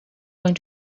going